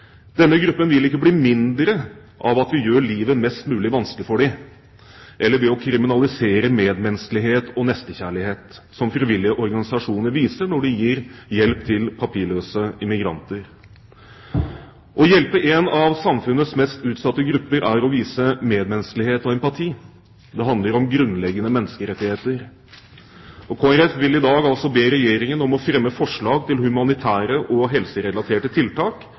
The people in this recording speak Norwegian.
Denne gruppen vil ikke bli mindre ved at vi gjør livet mest mulig vanskelig for dem, eller ved å kriminalisere medmenneskelighet og nestekjærlighet som frivillige organisasjoner viser når de gir hjelp til papirløse immigranter. Å hjelpe en av samfunnets mest utsatte grupper er å vise medmenneskelighet og empati. Det handler om grunnleggende menneskerettigheter, og Kristelig Folkeparti vil i dag be Regjeringen «fremme forslag til humanitære og helserelaterte tiltak»,